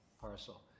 parcel